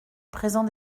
présent